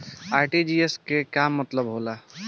RTGS के का मतलब होला?